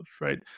right